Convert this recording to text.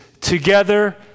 together